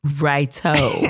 Righto